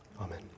amen